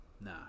Nah